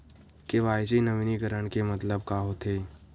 KYC नवीनीकरण के मतलब का होथे?